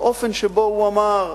באופן שבו הוא אמר,